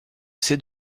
c’est